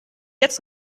jetzt